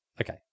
Okay